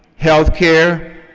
healthcare,